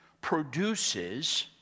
produces